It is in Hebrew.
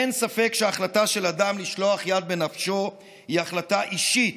אין ספק שהחלטה של אדם לשלוח יד בנפשו היא החלטה אישית,